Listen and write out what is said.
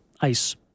ice